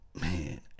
Man